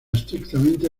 estrictamente